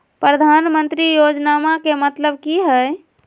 प्रधानमंत्री योजनामा के मतलब कि हय?